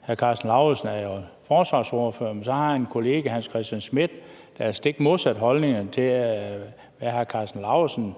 hr. Karsten Lauritzen er jo forsvarsordfører, men så har han en kollega, hr. Hans Christian Schmidt, der har den helt stik modsatte holdning, i forhold til hvad hr. Karsten Lauritzen